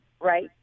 right